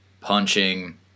punching